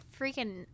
freaking